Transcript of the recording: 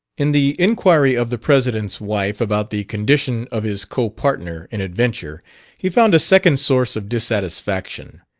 in the inquiry of the president's wife about the condition of his copartner in adventure he found a second source of dissatisfaction.